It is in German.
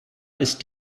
ist